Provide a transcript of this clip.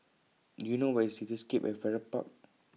Do YOU know Where IS Cityscape At Farrer Park